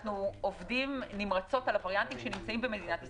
אנחנו עובדים נמרצות על הווריאנטים שנמצאים במדינת ישראל,